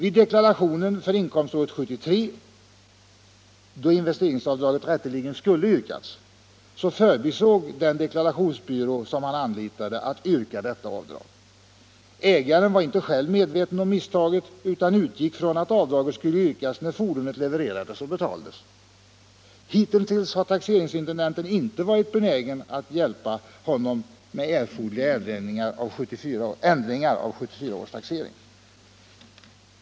I deklarationen för inkomståret 1973, då investeringsavdraget rätteligen skulle yrkats, förbisåg den deklarationsbyrå som han anlitade att yrka detta avdrag. Ägaren var inte själv medveten om misstaget utan utgick från att avdraget skulle yrkas när fordonet levererades och betalades. Hitintills har taxeringsintendenten inte varit benägen att hjälpa honom med erforderliga ändringar av 1974 års taxering.